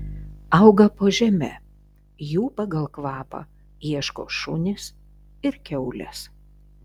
auga po žeme jų pagal kvapą ieško šunys ir kiaulės